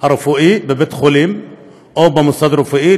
רפואי בבית החולים או במוסד הרפואי,